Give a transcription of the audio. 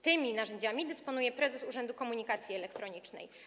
Tymi narzędziami dysponuje prezes Urzędu Komunikacji Elektronicznej.